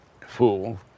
fool